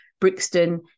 Brixton